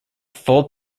full